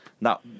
now